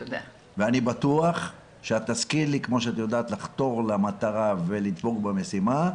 ואני בטוח שכפי שאת יודעת לחתור למטרה ולדבוק במשימה,